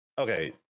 okay